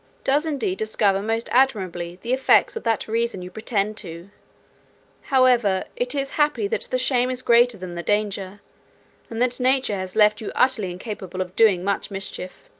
does indeed discover most admirably the effects of that reason you pretend to however, it is happy that the shame is greater than the danger and that nature has left you utterly incapable of doing much mischief.